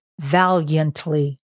valiantly